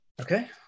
okay